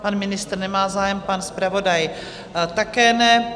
Pan ministr nemá zájem, pan zpravodaj také ne.